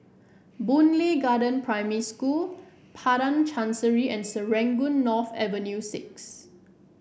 Boon Lay Garden Primary School Padang Chancery and Serangoon North Avenue Six